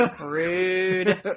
rude